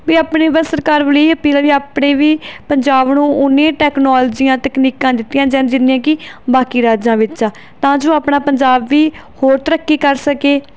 ਵੀ ਆਪਣੀ ਬਸ ਸਰਕਾਰ ਵੱਲ ਇਹ ਹੀ ਅਪੀਲ ਹੈ ਵੀ ਆਪਣੇ ਵੀ ਪੰਜਾਬ ਨੂੰ ਉਨੀਆਂ ਹੀ ਟੈਕਨੋਲਜੀਆਂ ਤਕਨੀਕਾਂ ਦਿੱਤੀਆਂ ਜਾਣ ਜਿੰਨੀਆਂ ਕਿ ਬਾਕੀ ਰਾਜਾਂ ਵਿੱਚ ਆ ਤਾਂ ਜੋ ਆਪਣਾ ਪੰਜਾਬ ਵੀ ਹੋਰ ਤਰੱਕੀ ਕਰ ਸਕੇ